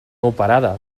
operada